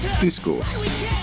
Discourse